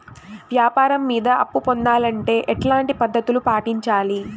వ్యాపారం మీద అప్పు పొందాలంటే ఎట్లాంటి పద్ధతులు పాటించాలి?